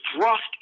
thrust